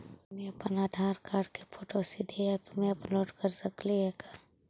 हमनी अप्पन आधार कार्ड के फोटो सीधे ऐप में अपलोड कर सकली हे का?